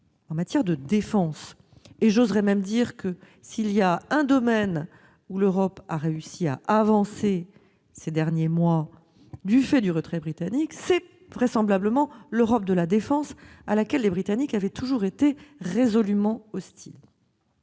en matière de défense. J'oserai même dire que s'il est un domaine où l'Europe a réussi à avancer ces derniers mois du fait du retrait britannique, c'est vraisemblablement celui de l'Europe de la défense, à laquelle les Britanniques ont toujours été résolument hostiles.